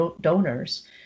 donors